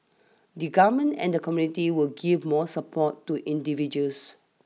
the Government and community will give more support to individuals